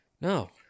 no